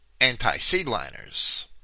anti-seedliners